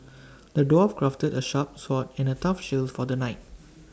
the dwarf crafted A sharp sword and A tough shield for the knight